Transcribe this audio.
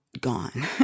gone